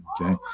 Okay